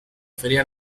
feria